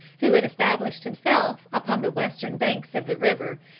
who had established himself upon the western banks of the river,